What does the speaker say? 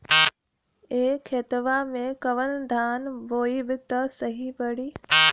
ए खेतवा मे कवन धान बोइब त सही पड़ी?